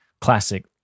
Classic